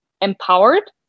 empowered